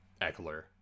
Eckler